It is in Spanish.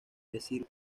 decir